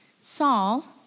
Saul